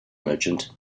merchant